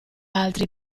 altri